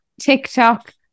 TikTok